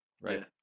Right